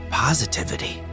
positivity